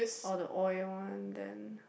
or the oil one then